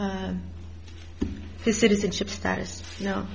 citizenship status you know